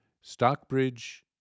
Stockbridge